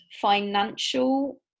financial